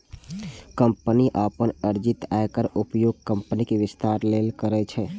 company अपन अर्जित आयक उपयोग कंपनीक विस्तार लेल करै छै